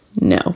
no